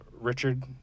Richard